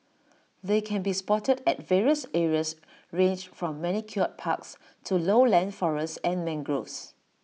they can be spotted at various areas ranged from manicured parks to lowland forests and mangroves